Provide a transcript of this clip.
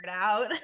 out